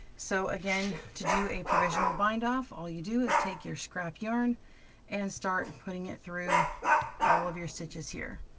so again, to do a provisional bind off, all you do is take your scrap yarn and start and putting it through all of your stitches here.